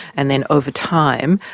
and then over time,